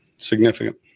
Significant